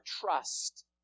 trust